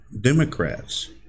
Democrats